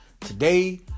today